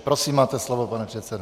Prosím, máte slovo, pane předsedo.